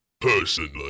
Personally